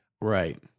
Right